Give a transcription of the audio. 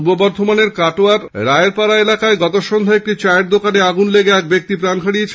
পূর্ব বর্ধমানের কায়োটার রায়েরপাড়া এলাকায় গতসন্ধ্যায় একটি চায়ের দোকানে আগুন লেগে এক ব্যক্তি প্রাণ হারিয়েছেন